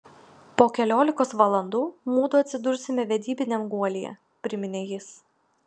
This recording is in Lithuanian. po keliolikos valandų mudu atsidursime vedybiniam guolyje priminė jis